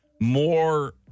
more